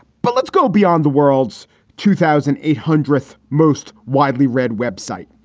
but let's go beyond the world's two thousand eight hundredth most widely read web site.